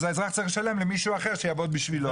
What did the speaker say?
אז האזרח צריך לשלם למישהו אחר שיעבוד בשבילו.